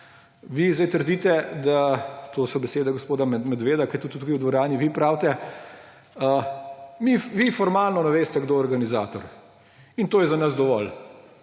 vi zdaj trdite, to so besede gospoda Medveda, ki je tudi tukaj v dvorani, vi pravite, da vi formalno ne veste, kdo je organizator. In to je za nas dovolj.